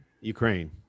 ukraine